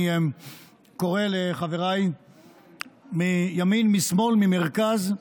אני קורא לחבריי מימין, משמאל, ממרכז,